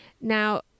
Now